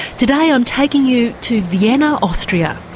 today i'm taking you to vienna, austria,